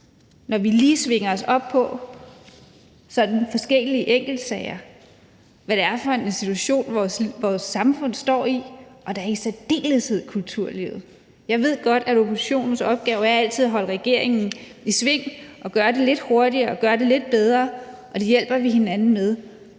når vi lige svinger os op og debatterer forskellige enkeltsager, hvad det er for en situation, vores samfund står i, og da i særdeleshed kulturlivet. Jeg ved godt, at oppositionens opgave altid er at holde regeringen i sving – og få den til at gøre det lidt hurtigere og gøre det lidt bedre, og det hjælper vi hinanden med.